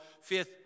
fifth